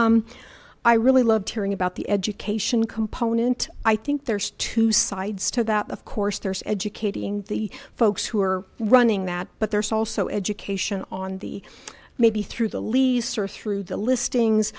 paul i really loved hearing about the education component i think there's two sides to that of course there's educating the folks who are running that but there's also education on the maybe through the lease or through the listings